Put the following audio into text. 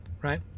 right